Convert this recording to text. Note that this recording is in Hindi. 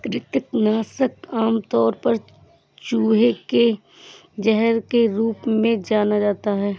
कृंतक नाशक आमतौर पर चूहे के जहर के रूप में जाना जाता है